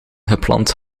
gepland